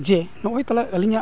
ᱡᱮ ᱱᱚᱜᱼᱚᱭ ᱛᱟᱦᱞᱮ ᱟᱞᱤᱧᱟᱜ